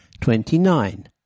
Twenty-nine